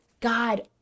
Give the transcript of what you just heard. God